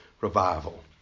revival